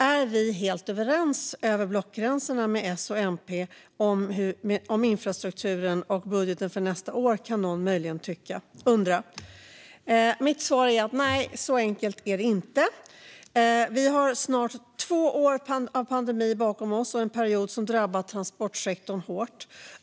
Är vi helt överens över blockgränserna med S och MP om infrastrukturen och budgeten för nästa år, kan någon möjligen undra. Mitt svar är: Nej, så enkelt är det inte. Vi har snart två år av pandemi bakom oss, en period som har drabbat transportsektorn hårt.